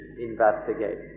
investigate